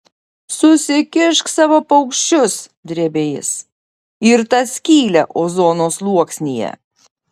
susikišk savo paukščius drėbė jis ir tą skylę ozono sluoksnyje